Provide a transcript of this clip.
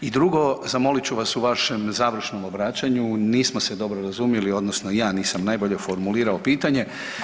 I drugo, zamolit ću vas u vašem završnom obraćanju nismo se dobro razumjeli, odnosno ja nisam najbolje formulirao pitanje.